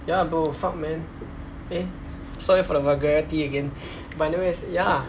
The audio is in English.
ya bro fuck man eh sorry for the vulgarity again but anyways ya